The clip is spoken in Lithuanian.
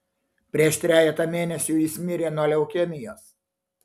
prieš trejetą mėnesių jis mirė nuo leukemijos